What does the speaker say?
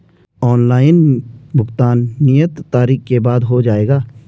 Online भुगतान नियत तारीख के बाद हो जाएगा?